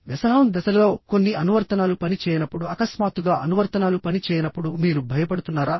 వ్యసనం దశలోకొన్ని అనువర్తనాలు పని చేయనప్పుడు అకస్మాత్తుగా అనువర్తనాలు పని చేయనప్పుడు మీరు భయపడుతున్నారా